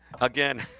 Again